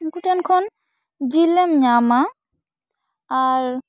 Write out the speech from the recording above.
ᱩᱱᱠᱩ ᱴᱷᱮᱱ ᱠᱷᱚᱱ ᱡᱤᱞᱮᱢ ᱧᱟᱢᱟ ᱟᱨ